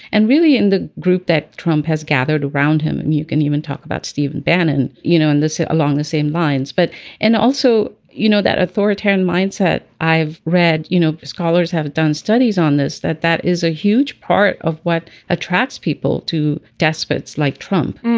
and really in the group that trump has gathered around him you can even talk about stephen bannon. yes you know and this is along the same lines but and also you know that authoritarian mindset. i've read you know scholars have done studies on this that that is a huge part of what attracts people to despots like trump.